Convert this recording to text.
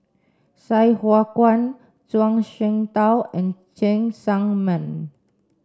Sai Hua Kuan Zhuang Shengtao and Cheng Tsang Man